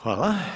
Hvala.